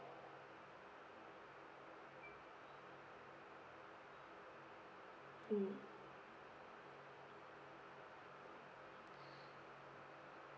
mm